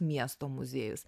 miesto muziejus